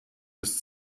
des